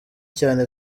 cyane